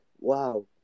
Wow